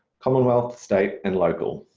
commonwealth state and local,